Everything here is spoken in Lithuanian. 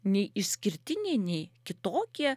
nei išskirtiniai nei kitokie